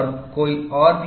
और कोई और भी